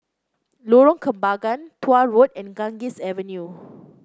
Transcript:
Lorong Kembagan Tuah Road and Ganges Avenue